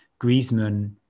Griezmann